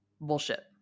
Bullshit